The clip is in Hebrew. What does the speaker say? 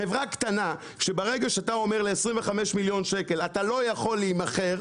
חברה קטנה שברגע שאתה אומר לה 25 מיליון שקל אתה לא יכול להימכר,